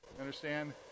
Understand